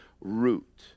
root